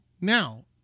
Now